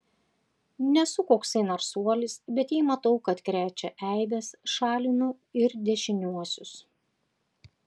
nesu koksai narsuolis bet jei matau kad krečia eibes šalinu ir dešiniuosius